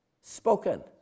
spoken